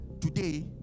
today